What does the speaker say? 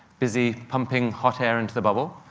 busy pumping hot air into the bubble.